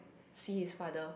see his father